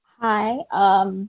Hi